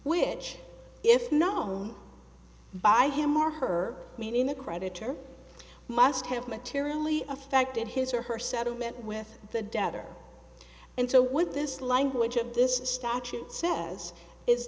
which if known by him or her mean in a creditor must have materially affected his or her settlement with the debtor and so would this language of this statute says is